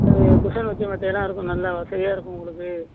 அது குஷன் வச்சு மெத்தையெல்லாம் இருக்கும் நல்ல வசதியாக இருக்கும் உங்களுக்கு